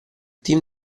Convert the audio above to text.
team